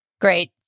Great